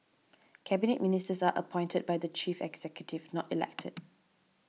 Cabinet Ministers are appointed by the chief executive not elected